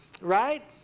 Right